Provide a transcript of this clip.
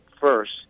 first